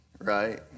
right